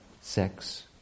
sex